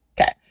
Okay